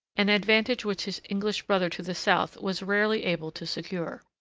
an advantage which his english brother to the south was rarely able to secure.